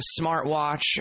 smartwatch